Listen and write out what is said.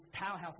powerhouses